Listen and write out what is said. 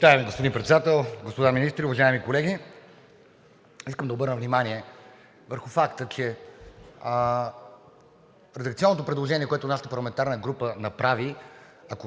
Почитаеми, господин Председател, господа министри, уважаеми колеги! Искам да обърна внимание върху факта, че редакционното предложение, което нашата парламентарна група направи, ако